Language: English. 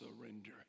surrender